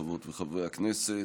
חברות וחברי הכנסת,